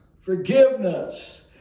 forgiveness